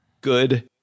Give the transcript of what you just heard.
good